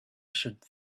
should